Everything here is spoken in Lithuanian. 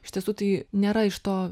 iš tiesų tai nėra iš to